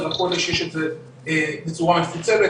יש את זה בצורה מפוצלת,